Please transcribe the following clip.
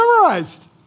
memorized